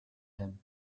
him